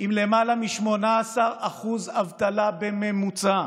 עם למעלה מ-18% אבטלה בממוצע.